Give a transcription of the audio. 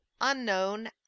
unknown